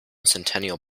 centennial